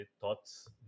thoughts